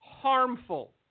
harmful